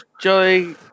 joy